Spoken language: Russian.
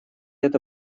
это